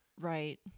Right